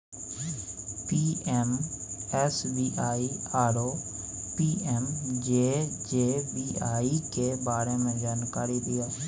PMSBY आरो PMJJBY के बारे मे जानकारी दिय?